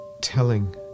Telling